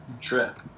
trip